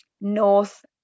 north